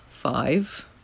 five